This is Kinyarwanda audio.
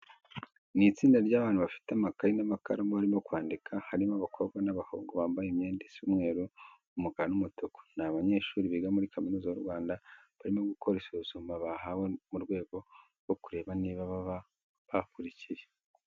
Ni itsinda ry'abantu bafite amakayi n'amakaramu barimo kwandika, harimo abakobwa n'abahungu bambaye imyenda isa umweru, umukara n'umutuku. Ni abanyeshuri biga muri Kaminuza y'u Rwanda, barimo gukora isuzuma bahawe mu rwego rwo kureba niba baba bakurikiye.